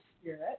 spirit